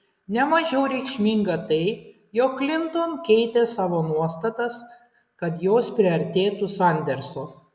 ne mažiau reikšminga tai jog klinton keitė savo nuostatas kad jos priartėtų sanderso